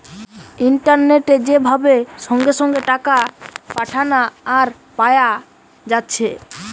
ইন্টারনেটে যে ভাবে সঙ্গে সঙ্গে টাকা পাঠানা আর পায়া যাচ্ছে